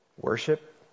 Worship